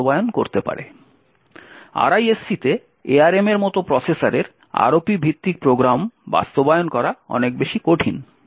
RISC তে ARM এর মতো প্রসেসরের ROP ভিত্তিক প্রোগ্রাম বাস্তবায়ন করা অনেক বেশি কঠিন